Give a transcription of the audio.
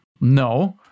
No